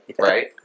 right